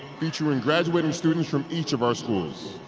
featuring graduating students from each of our schools.